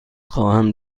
خواهم